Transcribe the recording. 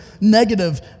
negative